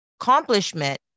accomplishment